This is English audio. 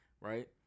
Right